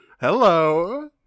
hello